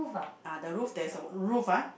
ah the roof there's a roof ah